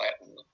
Latin